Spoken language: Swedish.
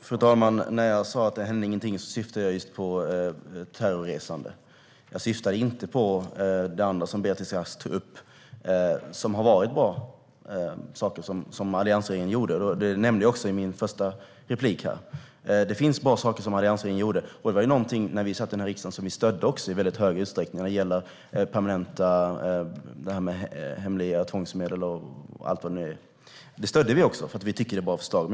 Fru talman! När jag sa att ingenting hände syftade jag just på terrorresande. Jag syftade inte på det andra Beatrice Ask tog upp och som är bra saker alliansregeringen gjorde. Det nämnde jag också i min första replik. Det finns bra saker alliansregeringen gjorde, och det var sådant som vi när vi satt i riksdagen också stödde i stor utsträckning. Det gäller detta med att permanenta hemliga tvångsmedel och allt vad det nu är. Det stödde vi, för vi tyckte att det var bra förslag.